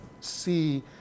see